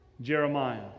Jeremiah